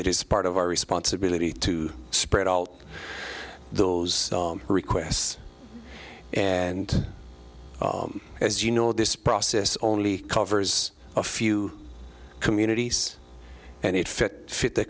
it is part of our responsibility to spread all those requests and as you know this process only covers a few communities and it fit fit the